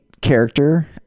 character